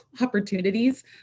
opportunities